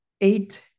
eight